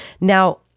now